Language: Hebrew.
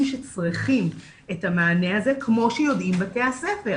שצריכים את המענה הזה כמו שיודעים בתי הספר,